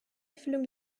erfüllung